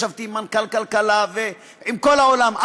ישבתי עם מנכ"ל הכלכלה ועם כל העולם,